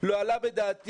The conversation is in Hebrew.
לא עלה בדעתי,